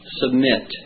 submit